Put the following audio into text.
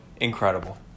Incredible